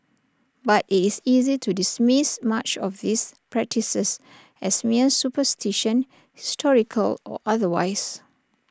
but IT is easy to dismiss much of these practices as mere superstition historical or otherwise